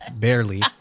barely